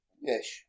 Yes